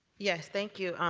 yeah thank you. um